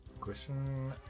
Question